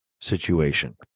situation